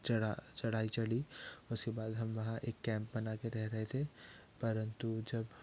चढ़ा चढ़ाई चढ़ी उसके बाद हम वहाँ एक कैंप बना कर रह रहे थे परंतु जब